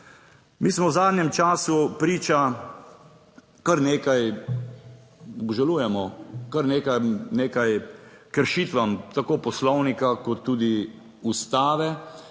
Mi smo v zadnjem času priča kar nekaj, obžalujemo, kar nekaj, nekaj kršitvam tako Poslovnika kot tudi Ustave